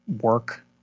work